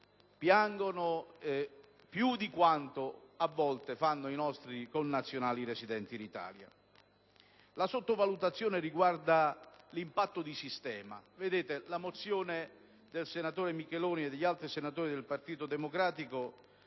piangono più di quanto a volte fanno i nostri connazionali residenti in Italia. La sottovalutazione riguarda l'impatto di sistema. Vedete, la mozione del senatore Micheloni e degli altri senatori del Partito Democratico